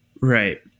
Right